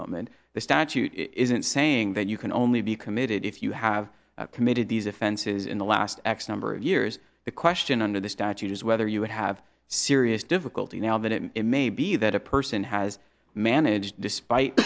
moment the statute isn't saying that you can only be committed if you have committed these offenses in the last x number of years the question under the statute is whether you would have serious difficulty now that it may be that a person has managed despite